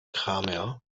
cramer